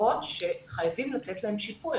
מוגדרות שחייבים לתת להם שיפוי.